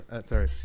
Sorry